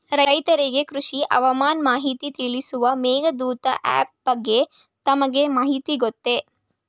ರೈತರಿಗೆ ಕೃಷಿ ಹವಾಮಾನ ಮಾಹಿತಿ ತಿಳಿಸುವ ಮೇಘದೂತ ಆಪ್ ಬಗ್ಗೆ ತಮಗೆ ಮಾಹಿತಿ ಗೊತ್ತೇ?